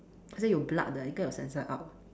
好像有 blood 的应该有 censor out